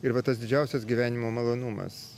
ir va tas didžiausias gyvenimo malonumas